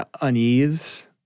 unease